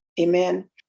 Amen